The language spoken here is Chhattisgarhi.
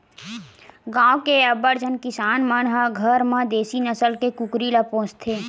गाँव के अब्बड़ झन किसान मन ह घर म देसी नसल के कुकरी ल पोसथे